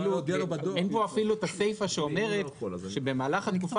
אין פה אפילו סיפה שאומרת שבמהלך התקופה